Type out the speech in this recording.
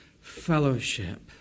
fellowship